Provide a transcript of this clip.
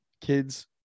Kid's